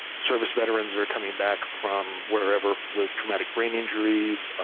service veterans are coming back from wherever with traumatic brain injuries,